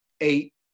eight